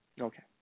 Okay